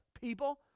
people